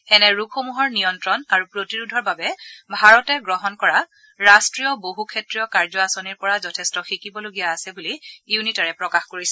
এনে ৰোগসমূহৰ নিয়ন্ত্ৰণ আৰু প্ৰতিৰোধৰ বাবে ভাৰতে গ্ৰহণ কৰা ৰাট্টীয় বহুক্ষেত্ৰীয় কাৰ্য আঁচনিৰ পৰা যথেষ্ট শিকিবলগীয়া আছে বুলি ইউনিটাৰে প্ৰকাশ কৰিছে